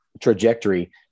trajectory